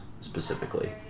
specifically